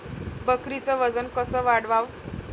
बकरीचं वजन कस वाढवाव?